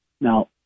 Now